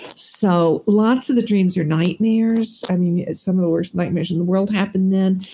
so, lots of the dreams are nightmares. i mean, some of the worst nightmares in the world happen then.